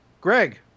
Greg